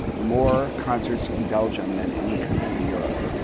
more concerts in belgium than any country in europe.